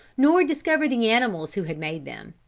nor discover the animals who had made them.